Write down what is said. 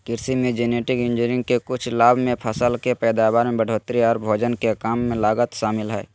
कृषि मे genetic engineering के कुछ लाभ मे फसल के पैदावार में बढ़ोतरी आर भोजन के कम लागत शामिल हय